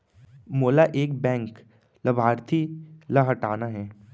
मोला एक बैंक लाभार्थी ल हटाना हे?